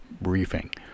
briefing